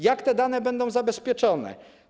Jak te dane będą zabezpieczone?